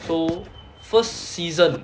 so first season